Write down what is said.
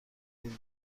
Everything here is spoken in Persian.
این